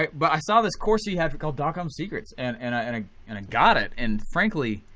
but i saw this course he had called dotcom secrets and and i and ah and got it and frankly